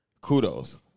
kudos